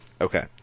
Okay